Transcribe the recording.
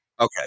Okay